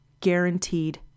guaranteed